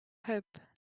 hoped